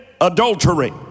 adultery